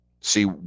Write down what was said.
See